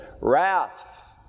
wrath